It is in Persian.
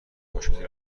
مشکل